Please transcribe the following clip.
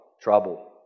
trouble